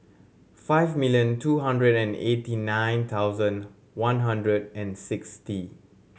five million two hundred and eighty nine thousand one hundred and sixty